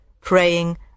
praying